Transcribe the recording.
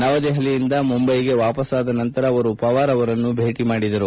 ನವದೆಹಲಿಯಿಂದ ಮುಂಬ್ಲೆಗೆ ವಾಪಸಾದ ನಂತರ ಅವರು ಪವಾರ್ ಅವರನ್ನು ಭೇಟ ಮಾಡಿದರು